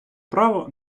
право